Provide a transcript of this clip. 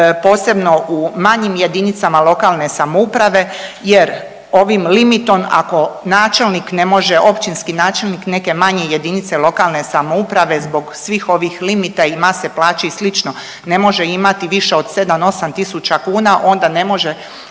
posebno u manjim jedinicama lokalne samouprave jer ovim limitom ako načelnik ne može, općinski načelnik neke manje jedinice lokalne samouprave zbog svih ovih limita i mase plaća i slično ne može imati više od 7-8 tisuća kuna onda ne može